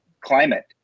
climate